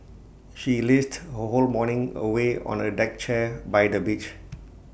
she lazed her whole morning away on A deck chair by the beach